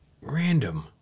random